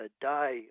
die